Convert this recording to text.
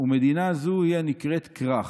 ומדינה זו היא הנקראת כרך"